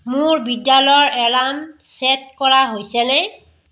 মোৰ বিদ্যালয়ৰ alarm set কৰা হৈছেনে